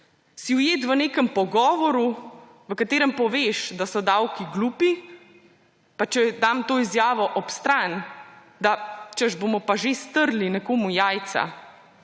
Si ujet v nekem pogovoru, v katerem poveš, da so davki glupi, pa če dam to izjavo ob stran, da češ, bomo pa že strli nekomu jajca;